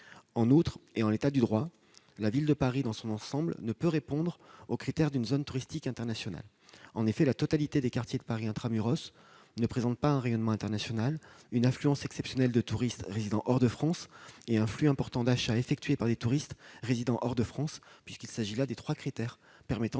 En outre, en l'état du droit, la ville de Paris dans son ensemble ne peut répondre aux critères d'une zone touristique internationale. En effet, la totalité des quartiers de Paris intra-muros ne présente pas un rayonnement international, une affluence exceptionnelle de touristes résidant hors de France et un flux important d'achats effectués par des touristes résidant hors de France- ce sont là les trois critères permettant